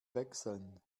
wechseln